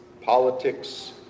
politics